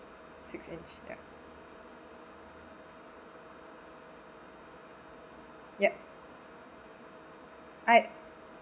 six inch ya yup right